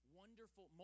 wonderful